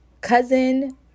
cousin